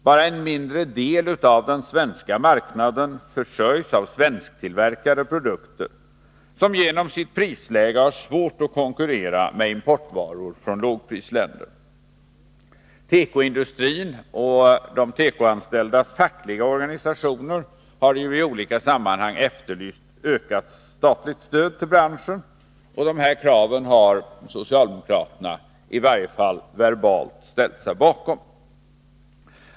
Bara en mindre del av den svenska marknaden försörjs av svensktillverkade produkter, som genom sitt prisläge har svårt att konkurrera med importvaror från lågprisländer. Tekoindustrin och de tekoanställdas fackliga organisationer har ju i olika sammanhang efterlyst ökat statlig stöd till branschen, och dessa krav har socialdemokraterna — i varje fall verbalt — ställt sig bakom.